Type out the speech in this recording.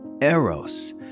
Eros